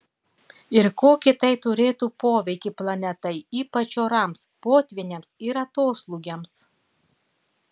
ir kokį tai turėtų poveikį planetai ypač orams potvyniams ir atoslūgiams